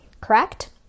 correct